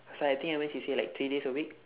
so I think I went C_C_A like three days a week